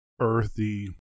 earthy